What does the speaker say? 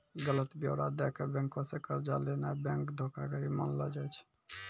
गलत ब्योरा दै के बैंको से कर्जा लेनाय बैंक धोखाधड़ी मानलो जाय छै